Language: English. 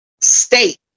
state